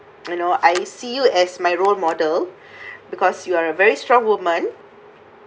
you know I see you as my role model because you are a very strong woman